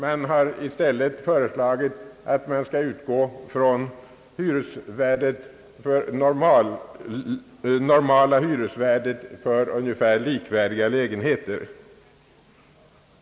Man har i stället föreslagit att man skall utgå från det normala hyresvärdet för ungefär likvärdiga lägenheter.